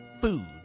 food